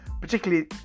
particularly